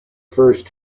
first